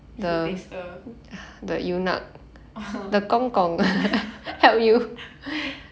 food taster